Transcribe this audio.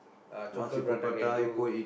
uh chocolate prata can do